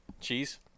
Cheese